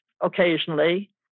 occasionally